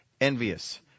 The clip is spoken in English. envious